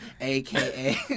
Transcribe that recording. aka